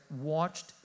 watched